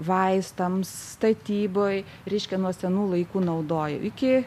vaistams statybai reiškia nuo senų laikų naudojo iki